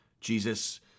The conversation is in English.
Jesus